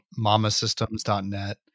mamasystems.net